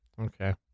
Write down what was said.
Okay